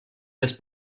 des